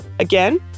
Again